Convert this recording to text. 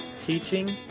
teaching